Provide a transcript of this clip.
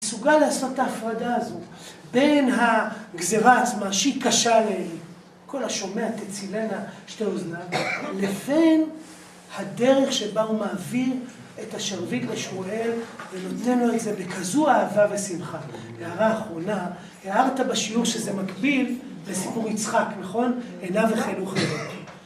הוא מסוגל לעשות את ההפרדה הזו, בין הגזירה עצמה, שהיא קשה לעלי, כל השומע תצילנה שתי אוזניו, לבין הדרך שבה הוא מעביר את השרביט לשמואל ונותן לו את זה בכזו אהבה ושמחה. הערה אחרונה, הערת בשיעור שזה מקביל לסיפור יצחק, נכון? עיניו...